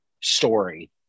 story